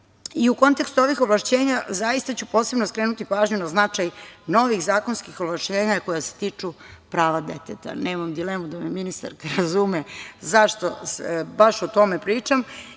kontekstu ovih ovlašćenja, zaista ću posebno skrenuti pažnju na značaj novih zakonskih ovlašćenja koja se tiču prava deteta. Nemam dilemu da me ministarka razume zašto baš o tome pričam,